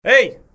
Hey